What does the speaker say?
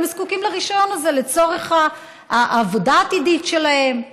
אבל הם זקוקים לרישיון הזה לצורך העבודה העתידית שלהם.